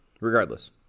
regardless